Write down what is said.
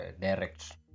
direct